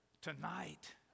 Tonight